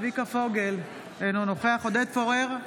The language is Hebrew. צביקה פוגל, אינו נוכח עודד פורר,